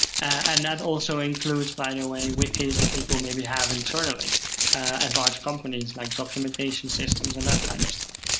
and that also includes, by the way, wikis that people maybe have internally at large companies, like documentation systems and that kind of stuff.